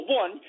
one